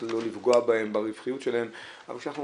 בעצם באה לתת לך את נתיב התחבורה לרכב הפרטי אבל גם חלק מהיתרונות,